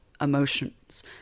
emotions